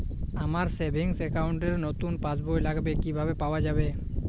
আমার savings account র নতুন পাসবই লাগবে কিভাবে পাওয়া যাবে?